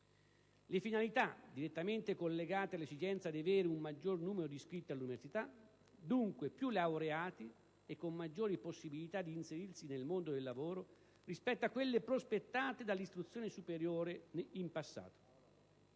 con finalità direttamente collegate all'esigenza di avere un maggior numero di iscritti all'università: dunque, più laureati e con maggiori possibilità di inserirsi nel mondo del lavoro rispetto a quelle prospettate dall'istruzione superiore in passato.